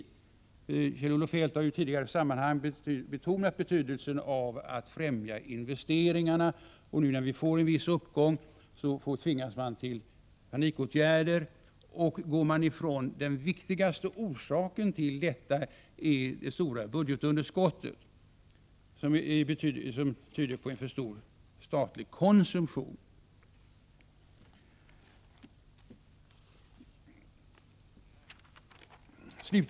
Kjell-Olof Feldt har ju i tidigare sammanhang betonat betydelsen av att främja investeringarna, men nu när vi får en viss uppgång tvingas man till panikåtgärder. Den viktigaste orsaken till detta är det stora budgetunderskottet, som tyder på en för stor statlig konsumtion.